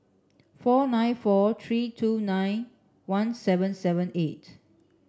four nine four three two nine one seven seven eight